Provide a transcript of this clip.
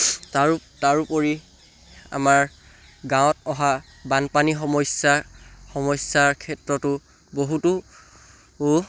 তাৰো তাৰোপৰি আমাৰ গাঁৱত অহা বানপানী সমস্যা সমস্যাৰ ক্ষেত্ৰতো বহুতো